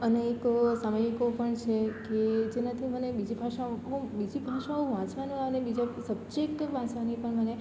અનેક સામયિકો પણ છે કે જેનાથી મને બીજી ભાષાઓ ખૂબ બીજી ભાષાઓ વાંચવાનો આનંદ બીજો સબ્જેક્ટ વાંચવાની પણ મને